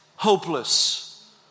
hopeless